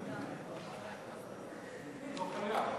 הוא לא חייב.